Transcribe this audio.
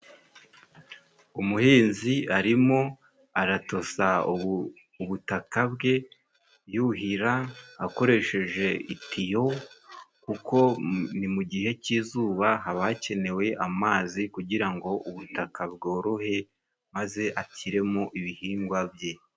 Umuhinzi arimo aratosa ubutaka bwe, yuhira akoresheje itiyo kuko ni mu igihe cy'izuba haba hakenewe amazi kugira ngo ubutaka bworohe maze ashyiremo ibihingwa bye.